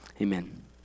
Amen